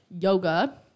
yoga